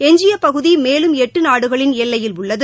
எஞ்சிய பகுதி மேலும் எட்டு நாடுகளின் எல்லையில் உள்ளது